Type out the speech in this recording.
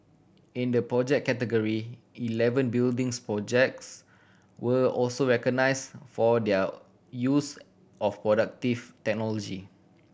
in the project category eleven buildings projects were also recognise for their use of productive technology